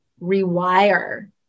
rewire